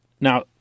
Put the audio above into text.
Now